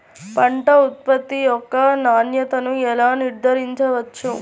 పంట ఉత్పత్తి యొక్క నాణ్యతను ఎలా నిర్ధారించవచ్చు?